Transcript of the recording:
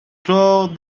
through